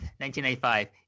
1995